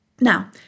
Now